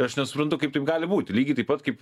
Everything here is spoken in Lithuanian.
aš nesuprantu kaip taip gali būti lygiai taip pat kaip